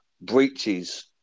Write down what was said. breaches